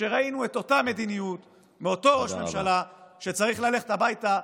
כשראינו את אותה מדיניות מאותו ראש ממשלה שצריך ללכת הביתה,